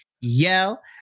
yell